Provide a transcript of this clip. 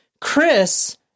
Chris